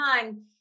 time